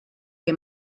que